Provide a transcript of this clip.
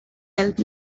help